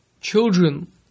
Children